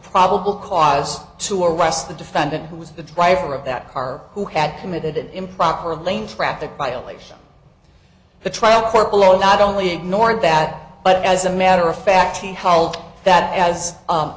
probable cause to arrest the defendant who was the driver of that car who had committed an improper lane traffic violation the trial court below not only ignored that but as a matter of fact he held that as